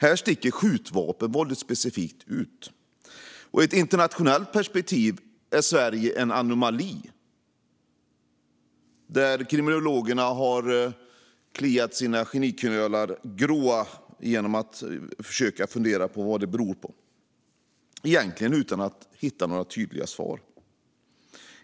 Här sticker skjutvapenvåldet specifikt ut. I ett internationellt perspektiv är Sverige en anomali. Kriminologerna har gnuggat sina geniknölar och försökt att komma på vad det beror på utan att egentligen hitta några tydliga svar.